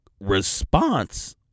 response